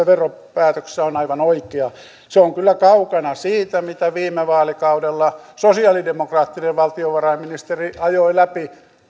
veropäätöksessä on aivan oikea se on kyllä kaukana siitä mitä viime vaalikaudella sosialidemokraattinen valtiovarainministeri ajoi läpi